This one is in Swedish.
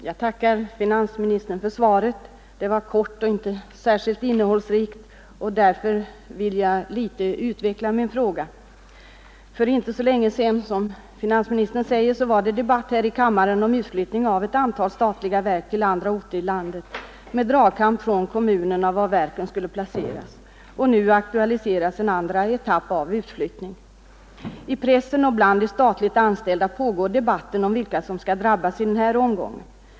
Herr talman! Jag tackar finansministern för svaret. Det var kort och inte särskilt innehållsrikt, och därför vill jag något utveckla min fråga. För inte så länge sedan var det debatt här i kammaren om utflyttning av ett antal statliga verk till andra orter i landet, med dragkamp mellan kommunerna om var verken skulle placeras. Nu aktualiseras en andra etapp av utflyttning. I pressen och bland de statligt anställda pågår debatten om vilka som skall drabbas i den här omgången.